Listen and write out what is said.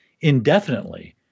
indefinitely